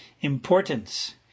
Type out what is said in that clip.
importance